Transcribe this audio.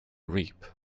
reap